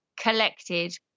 collected